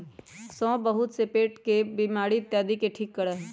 सौंफ बहुत से पेट के बीमारी इत्यादि के ठीक करा हई